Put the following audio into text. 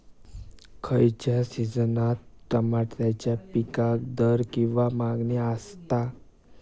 खयच्या सिजनात तमात्याच्या पीकाक दर किंवा मागणी आसता?